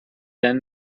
then